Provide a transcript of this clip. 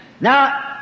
Now